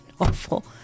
awful